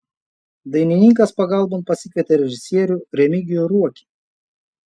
dainininkas pagalbon pasikvietė režisierių remigijų ruokį